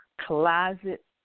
Closet